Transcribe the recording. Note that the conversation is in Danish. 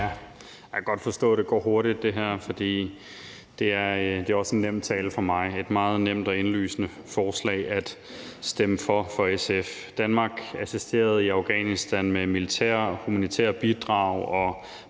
Jeg kan godt forstå, at det her går hurtigt, og det er også en nem tale for mig. Det er et meget nemt og indlysende forslag at stemme for for SF. Danmark assisterede i Afghanistan med militære og humanitære bidrag og